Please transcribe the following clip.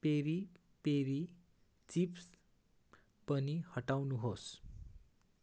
peri पेरी chips पनि हटाउनुहोस्